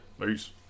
Peace